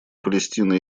палестины